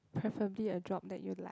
preferably a job that you like